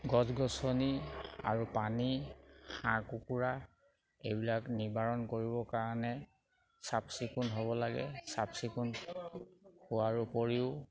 গছ গছনি আৰু পানী হাঁহ কুকুৰা এইবিলাক নিবাৰণ কৰিব কাৰণে চাফ চিকুণ হ'ব লাগে চাফ চিকুণ হোৱাৰ উপৰিও